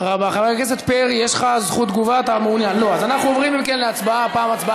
למה אתה לא מציע